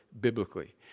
biblically